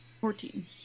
Fourteen